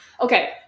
Okay